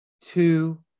two